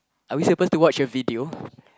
are we supposed to watch a video